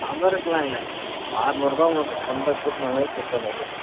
ஹவருக்குலாம் இல்லை இப்போ அறுநூறுபா உங்களுக்கு கொண்டு போய் கூப்பிட்டுன்னு போய் கூப்பிட்டுன்னு வந்து விடறது